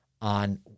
on